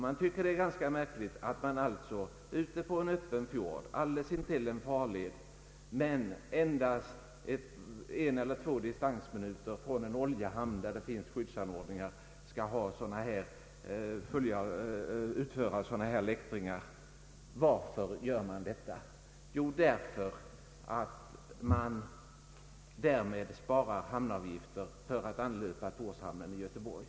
Man tycker det är ganska märkligt att man ute på en öppen fjord, alldeles intill en farled men endast en eller två distansminuter från en oljehamn, där det finns skyddsanordningar, skall utföra sådana här läktringar. Varför gör man det? Jo, därför att man därmed sparar de hamnavgifter som måste erläggas om man anlöper Torshamnen i Göteborg.